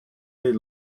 their